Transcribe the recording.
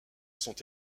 sont